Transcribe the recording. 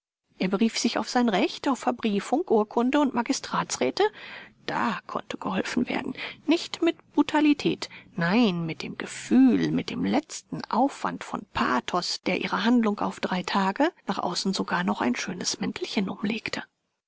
er berief sich auf sein recht auf verbriefung urkunde und magistratsräte da konnte geholfen werden nicht mit brutalität nein mit dem gefühl mit dem letzten aufwand von pathos der ihrer handlung auf drei tage nach außen sogar noch ein schönes mäntelchen umlegte